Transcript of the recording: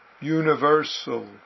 Universal